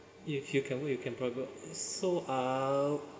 if you can wait you can progress so ah